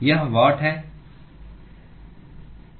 यह वाट है